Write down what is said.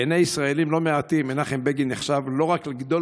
בעיני ישראלים לא מעטים מנחם בגין נחשב לא רק לגדול